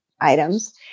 items